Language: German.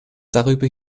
darüber